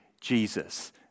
Jesus